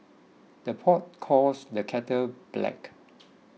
the pot calls the kettle black